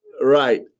Right